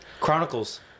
Chronicles